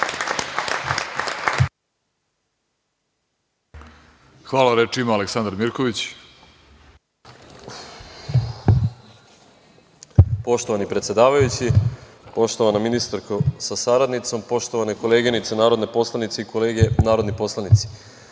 Mirković. **Aleksandar Mirković** Poštovani predsedavajući, poštovana ministarko sa saradnicom, poštovane koleginice narodne poslanici i kolege narodni poslanici,